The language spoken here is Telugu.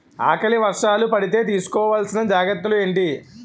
ఆకలి వర్షాలు పడితే తీస్కో వలసిన జాగ్రత్తలు ఏంటి?